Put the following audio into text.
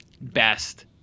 best